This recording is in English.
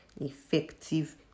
effective